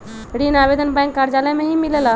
ऋण आवेदन बैंक कार्यालय मे ही मिलेला?